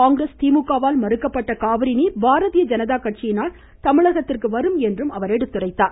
காங்கிரஸ் திமுக வால் மறுக்கப்பட்ட காவிரி நீர் பாரதீய ஜனதா கட்சியினால் தமிழகத்திற்கு வரும் என்றும் அவர் குறிப்பிட்டார்